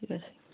ঠিক আছে